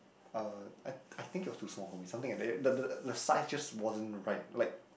uh I I think it was too small for me something like that the the the size just wasn't right like